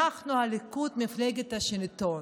אנחנו, הליכוד, מפלגת השלטון.